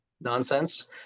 nonsense